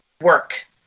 work